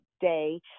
day